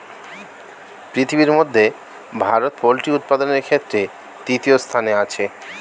পৃথিবীর মধ্যে ভারত পোল্ট্রি উপাদানের ক্ষেত্রে তৃতীয় স্থানে আছে